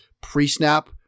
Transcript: pre-snap